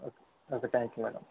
okay thank you madam